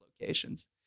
locations